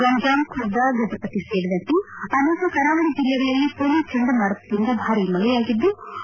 ಗಂಜಾಂ ಖುರ್ದಾ ಗಜಪತಿ ಸೇರಿದಂತೆ ಅನೇಕ ಕರಾವಳಿ ಜಿಲ್ಲೆಗಳಲ್ಲಿ ಘೋನಿ ಚಂಡಮಾರುತದಿಂದ ಭಾರೀ ಮಳೆಯಾಗಿದ್ಲು